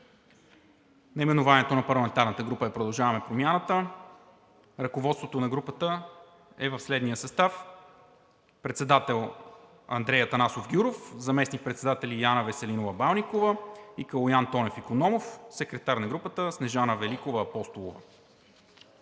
Наименованието на парламентарната група е „Продължаваме Промяната“. Ръководството на групата е в следния състав: председател – Андрей Атанасов Гюров; заместник-председатели – Яна Веселинова Балникова и Калоян Томов Икономов; секретар на групата – Снежана Великова Апостолова.